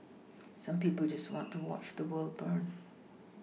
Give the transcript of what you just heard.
some people just want to watch the world burn